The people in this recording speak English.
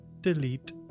Delete